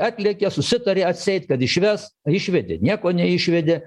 atlėkė susitarė atseit kad išves išvedė nieko neišvedė